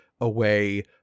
away